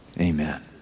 Amen